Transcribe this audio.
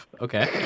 Okay